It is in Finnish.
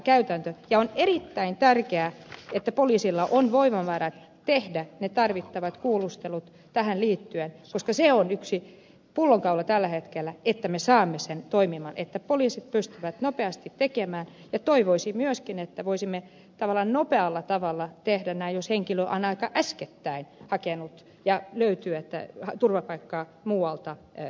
ja on erittäin tärkeää että poliisilla on voimavarat tehdä ne tarvittavat kuulustelut tähän liittyen koska se on yksi pullonkaula tällä hetkellä että me saamme sen toimimaan että poliisit pystyvät nopeasti tekemään työnsä ja toivoisi myöskin että voisimme tavallaan nopealla tavalla tehdä näin jos henkilö on aika äskettäin hakenut ja löytyy turvapaikka muualta euroopasta